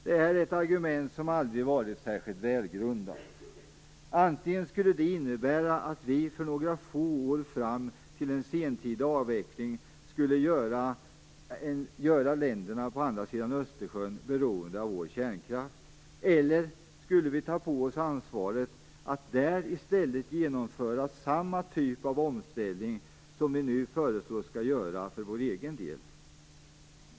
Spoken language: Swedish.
Det är ett argument som aldrig varit särskilt välgrundat. Det skulle innebära antingen att vi under några få år fram till en sentida avveckling skulle göra länderna på andra sidan Östersjön beroende av vår kärnkraft, eller att vi skulle ta på oss ansvaret för att där i stället genomföra samma typ av omställning som vi nu föreslår skall göras för vår egen del.